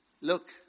look